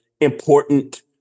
important